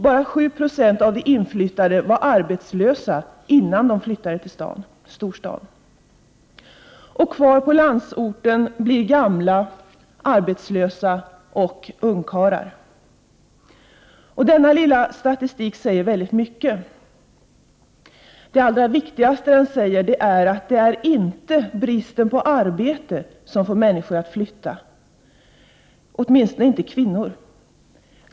Bara 7 20 av de inflyttade var arbetslösa innan de flyttade till storstaden. Kvar på landsorten blir gamla, arbetslösa och ungkarlar. Bara denna statistik säger väldigt mycket. Det allra viktigaste är att det inte är bristen på arbete som får människor att flytta. Åtminstone gäller det kvinnorna.